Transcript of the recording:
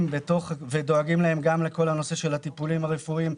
ודואגים להם לכל הנושא של הטיפולים הרפואיים,